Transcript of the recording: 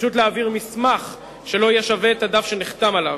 פשוט להעביר מסמך שלא יהיה שווה את הדף שנחתם עליו.